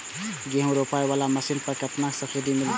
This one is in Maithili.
गेहूं रोपाई वाला मशीन पर केतना सब्सिडी मिलते?